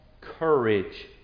courage